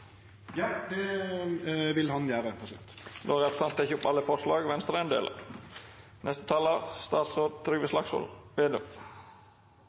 Ja, det vil han gjere. Då har representanten Sveinung Rotevatn teke opp alle forslaga Venstre er